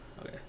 Okay